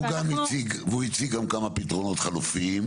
הוא גם נציג והוא הציג גם כמה פתרונות חלופיים.